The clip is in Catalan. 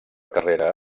carrera